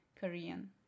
korean